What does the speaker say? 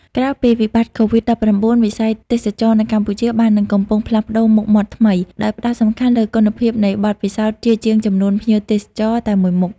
ក្រោយពីវិបត្តកូវីដ១៩ វិស័យទេសចរណ៍នៅកម្ពុជាបាននឹងកំពុងផ្លាស់ប្តូរមុខមាត់ថ្មី ដោយផ្ដោតសំខាន់លើគុណភាពនៃបទពិសោធន៍ជាជាងចំនួនភ្ញៀវទេសចរតែមួយមុខ។